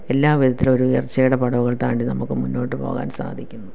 എല്ലാ വിധത്തിലും ഒരു ഉയർച്ചയുടെ പടവുകൾ താണ്ടി നമുക്ക് മുന്നോട്ടു പോകാൻ സാധിക്കുന്നു